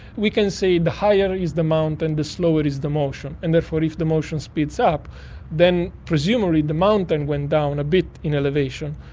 we can say the higher is the mountain, the slower is the motion, and therefore if the motion speeds up then presumably the mountain went down a bit in elevation.